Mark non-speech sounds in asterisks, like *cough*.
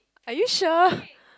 are you sure *breath*